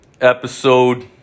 episode